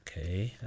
Okay